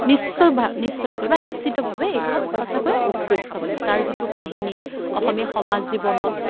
নিশ্চয় ভা নিশ্চয়কৈ বা নিশ্চিতভাৱে এইখন সঁচাকৈয়ে উৎকৃষ্টমানৰ তাৰ যিটো কাহিনী অসমীয়া সমাজ জীৱনত